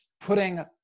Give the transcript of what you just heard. putting